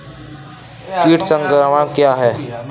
कीट संक्रमण क्या है?